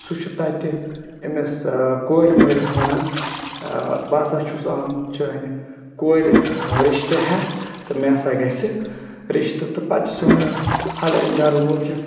سُہ چھُ تَتہِ أمِس کورِ مٲلِس وَنان بہٕ ہَسا چھُس آمُت چانہِ کورِ رِشتہٕ ہٮ۪تھ تہٕ مےٚ ہَسا گژھِ رِشتہٕ تہٕ پَتہٕ چھُس وَنان پھَلٲنۍ گَرٕ وول چھِ